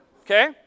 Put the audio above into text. Okay